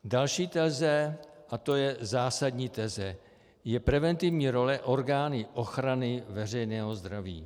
Další teze, a to je zásadní teze, je preventivní role orgánů ochrany veřejného zdraví.